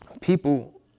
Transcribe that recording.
people